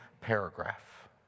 paragraph